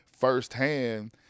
firsthand